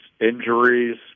injuries